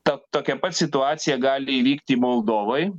tad tokia pat situacija gali įvykti moldovoj